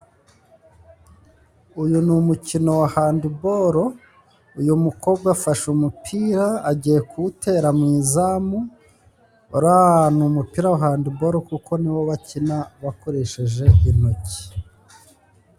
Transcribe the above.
Uyu ni umukino wa handiboro uyu mukobwa afashe umupira agiye kuwutera mu izamu uriya ni umupira wa handiboro kuko ni wo bakina bakoresheje intoki.